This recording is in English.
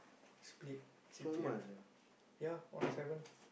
split C_P_F yeah one seven